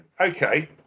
okay